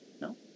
No